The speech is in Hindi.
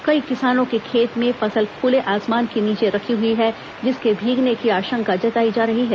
कई किसानों के खेत में फसल खुले आसमान के नीचे रखी हुई है जिसके भीगने की आशंका जताई जा रही है